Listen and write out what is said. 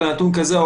במהלך הדיון,